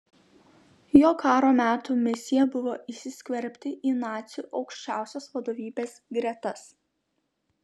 jo karo metų misija buvo įsiskverbti į nacių aukščiausios vadovybės gretas